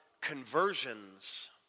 conversions